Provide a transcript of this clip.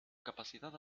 capacidad